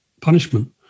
punishment